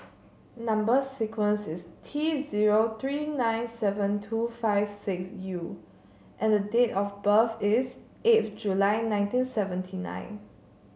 number sequence is T zero three nine seven two five six U and date of birth is eight July nineteen seventy nine